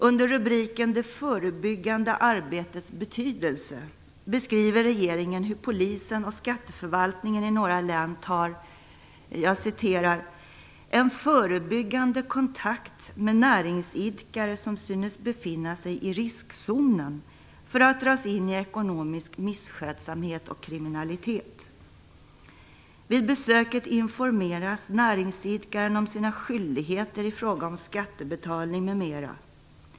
Under rubriken Det förebyggande arbetets betydelse beskriver regeringen hur Polisen och Skatteförvaltningen i några län tar "en förebyggande kontakt med näringsidkare som synes befinna sig i riskzonen för att dras in i ekonomisk misskötsamhet och kriminalitet. Vid besöket informeras näringsidkaren om sina skyldigheter i fråga om skattebetalning m m.